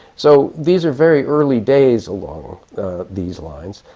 so these are very early days along these lines,